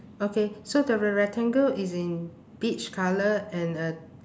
okay so the re~ rectangle is in peach colour and uh